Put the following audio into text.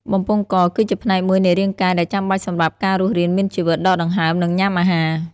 បំពង់ក គឺជាផ្នែកមួយនៃរាងកាយដែលចាំបាច់សម្រាប់ការរស់រានមានជីវិត ដកដង្ហើម និងញ៉ាំអាហារ។